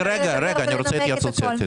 אני רוצה התייעצות סיעתית.